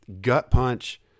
gut-punch